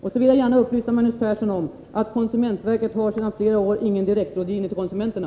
Sedan vill jag gärna upplysa Magnus Persson om att konsumentverket sedan flera år tillbaka inte har någon direktrådgivning till konsumenterna.